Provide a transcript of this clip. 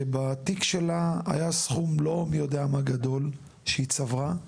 בתיק שלה היה סכום לא מי יודע מה גדול שהיא צברה,